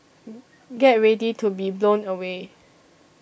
get ready to be blown away